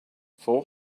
four